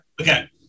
Okay